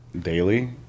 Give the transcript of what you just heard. daily